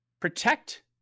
Protect